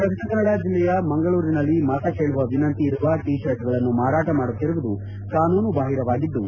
ದಕ್ಷಿಣ ಕನ್ನಡ ಜಿಲ್ಲೆಯ ಮಂಗಳೂರಿನಲ್ಲಿ ಮತಕೇಳುವ ವಿನಂತಿ ಇರುವ ಟೀ ಶರ್ಚ್ಗಳನ್ನು ಮಾರಾಟ ಮಾಡುತ್ತಿರುವುದು ಕಾನೂನುಬಾಹಿರವಾಗಿದ್ದು